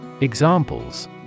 Examples